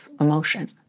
emotion